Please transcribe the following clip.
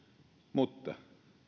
mutta